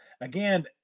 again –